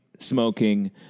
Smoking